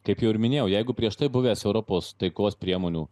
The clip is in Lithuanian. kaip jau ir minėjau jeigu prieš tai buvęs europos taikos priemonių